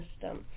system